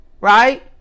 right